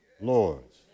lords